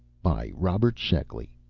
by robert sheckley